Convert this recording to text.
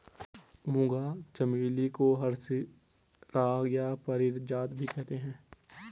मूंगा चमेली को हरसिंगार या पारिजात भी कहते हैं